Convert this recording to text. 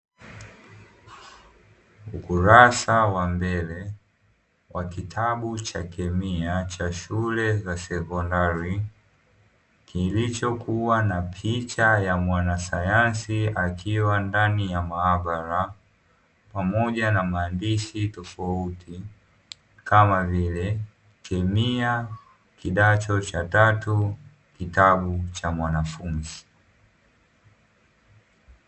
Ukurasa wa mbele wa kitabu cha kemia cha shule za sekondari kilichokuwa na picha ya mwanasayansi akiwa ndani ya maabara, pamoja na maandishi tofauti kama vile kemia kidato cha tatu kitabu cha mwanafunzi.